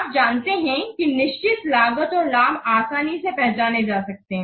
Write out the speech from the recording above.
आप जानते हैं कि निश्चित लागत और लाभ आसानी से पहचाने जा सकते हैं